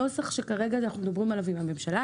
הנוסח שכרגע אנחנו מדברים עלינו עם הממשלה,